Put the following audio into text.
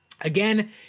again